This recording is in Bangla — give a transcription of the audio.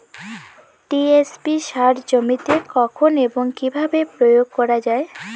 টি.এস.পি সার জমিতে কখন এবং কিভাবে প্রয়োগ করা য়ায়?